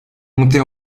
montée